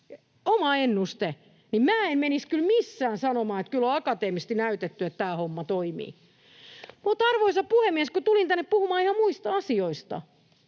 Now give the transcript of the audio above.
oma ennuste. Minä en menisi kyllä missään sanomaan, että kyllä on akateemisesti näytetty, että tämä homma toimii. Mutta, arvoisa puhemies, tulin tänne puhumaan ihan muista asioista.